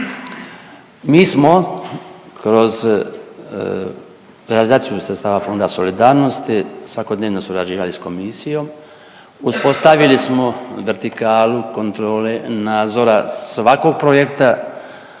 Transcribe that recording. Mi smo kroz realizaciju sredstava Fonda solidarnosti svakodnevno surađivali s Komisijom. Uspostavili smo vertikalu kontrole nadzora svakog projekta